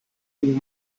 ging